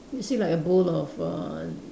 you see like a bowl of uh